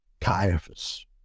Caiaphas